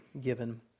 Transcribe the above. given